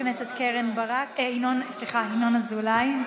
את חבר הכנסת ינון אזולאי,